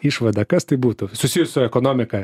išvadą kas tai būtų susijus su ekonomika